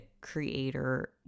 creator